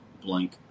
blank